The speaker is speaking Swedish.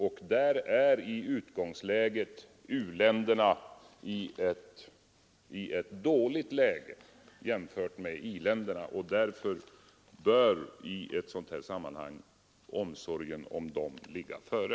Därvid är i utgångsläget u-länderna i en dålig situation i jämförelse med i-länderna, och därför bör i ett sådant här sammanhang omsorgen om dem ligga före.